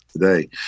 today